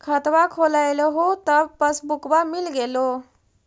खतवा खोलैलहो तव पसबुकवा मिल गेलो?